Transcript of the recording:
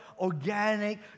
organic